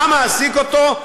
מה מעסיק אותו?